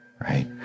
right